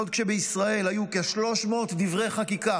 בעוד שבישראל היו כ-300 דברי חקיקה